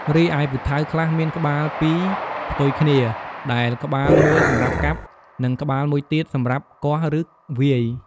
រីឯពូថៅខ្លះមានក្បាលពីរផ្ទុយគ្នា ដែលក្បាលមួយសម្រាប់កាប់ និងក្បាលមួយទៀតសម្រាប់គាស់ ឬវាយ។